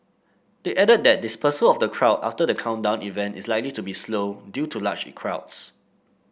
they added that dispersal of the crowd after the countdown event is likely to be slow due to large crowds